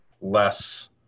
less